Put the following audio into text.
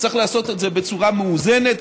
צריך לעשות את זה בצורה מאוזנת,